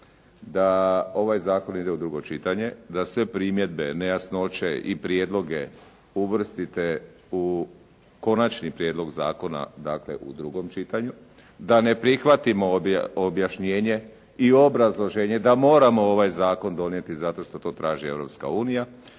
da ovaj zakon ide u drugo čitanje, da sve primjedbe, nejasnoće i prijedloge uvrstite u konačni prijedlog zakona, dakle u drugom čitanju, da ne prihvatimo objašnjenje i obrazloženje a moramo ovaj zakon donijeti zato što to traži